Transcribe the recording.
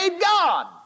God